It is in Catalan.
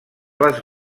les